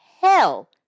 hell